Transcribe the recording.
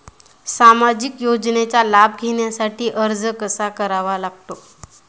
सामाजिक योजनांचा लाभ घेण्यासाठी अर्ज कसा करावा लागतो?